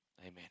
Amen